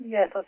Yes